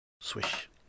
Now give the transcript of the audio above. Swish